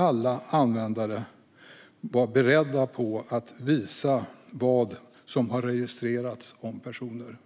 Alla användare ska vara beredda på att visa vad som har registrerats om personer.